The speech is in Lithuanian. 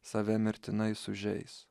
save mirtinai sužeis